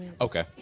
okay